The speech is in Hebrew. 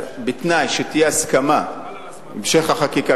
בתנאי שתהיה הסכמה בהמשך החקיקה,